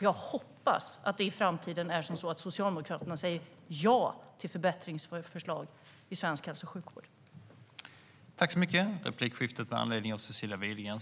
Jag hoppas att Socialdemokraterna kommer att säga ja till förbättringsförslag i svensk hälso och sjukvård i framtiden.